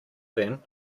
then